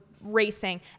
racing